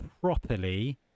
properly